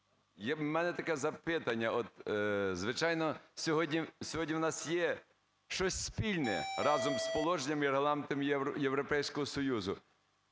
І у мене таке запитання. Звичайно, сьогодні у нас є щось спільне разом з положеннями і регламентами Європейського Союзу.